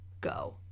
go